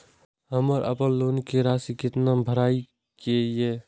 हमर अपन लोन के राशि कितना भराई के ये?